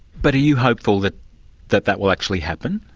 but are you hopeful that that that will actually happen?